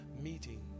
meeting